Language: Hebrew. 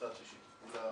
שיתוף פעולה